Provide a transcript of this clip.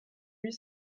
huit